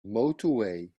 motorway